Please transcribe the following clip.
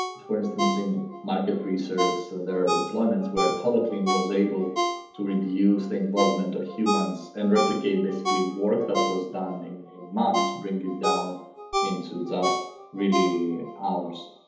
for instance, in market research, there are deployments where holoclean was able to reduce the involvement of humans and replicate basically work that was done in in months. bring down into just really hours.